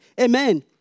Amen